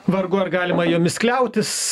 vargu ar galima jomis kliautis